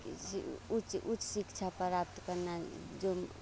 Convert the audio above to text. किसी उच्च उच्च शिक्षा पराप्त करना जो म